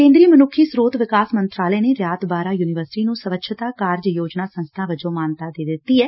ਕੇਂਦਰੀ ਮਨੁੱਖੀ ਸਰੋਤ ਵਿਕਾਸ ਮੰਤਰਾਲੇ ਨੇ ਰਿਆਤ ਬਾਹਰਾ ਯੁਨੀਵਰਸਿਟੀ ਨੁੰ ਸਵੱਛਤਾ ਕਾਰਜ ਯੋਜਨਾ ਸੰਸਬਾ ਵਜੋਂ ਮਾਨਤਾ ਦਿੱਤੀ ਐ